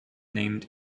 named